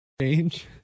Change